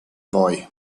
boy